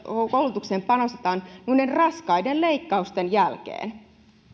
koulutukseen panostetaan noiden raskaiden leikkausten jälkeen